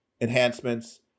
enhancements